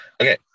Okay